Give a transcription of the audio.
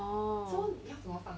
orh